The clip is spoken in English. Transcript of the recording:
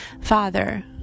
Father